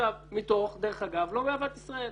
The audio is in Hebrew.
מתוך, דרך אגב, לא מאהבת ישראל.